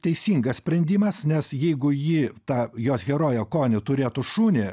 teisingas sprendimas nes jeigu ji tą jos herojė koni turėtų šunį